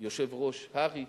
ליושב-ראש הר"י,